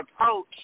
approach